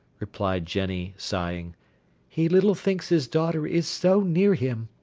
replied jenny, sighing he little thinks his daughter is so near him.